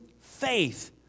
faith